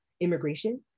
immigration